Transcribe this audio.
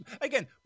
again